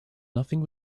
nothing